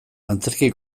antzerki